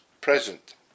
present